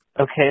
Okay